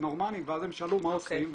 ואז הם שאלו מה עושים,